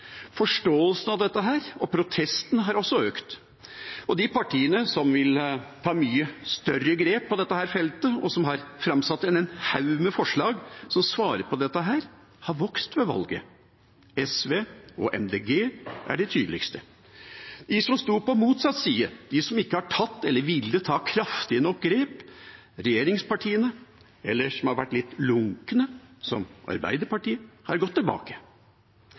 Forståelsen av dette og protestene har også økt. De partiene som vil ta mye større grep på dette feltet, og som har framsatt en haug med forslag som svarer på dette, har vokst ved valget – SV og Miljøpartiet De Grønne er de tydeligste. De som sto på motsatt side, som ikke har tatt eller villet ta kraftige nok grep, regjeringspartiene, eller de som har vært litt lunkne, som Arbeiderpartiet, har gått tilbake.